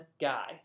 guy